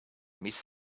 miss